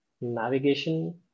navigation